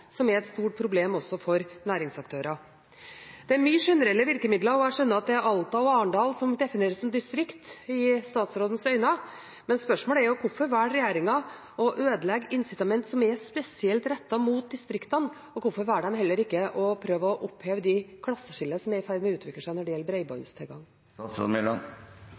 som er et stort problem også for næringsaktører. Det er mange generelle virkemidler. Jeg skjønner at det er Alta og Arendal som defineres som distrikter i statsrådens øyne, men spørsmålet er: Hvorfor velger regjeringen å ødelegge incitament som er spesielt rettet mot distriktene? Hvorfor velger de heller ikke å prøve å oppheve det klasseskillet som er i ferd med å utvikle seg når det gjelder